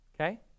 okay